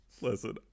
listen